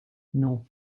non